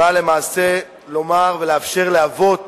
באה למעשה לומר ולאפשר לאבות